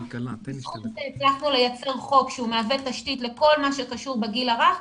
ובזכות זה הצלחנו לייצר חוק שהוא מהווה תשתית לכל מה שקשור בגיל הרך.